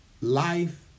life